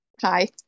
Hi